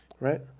Right